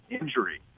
injury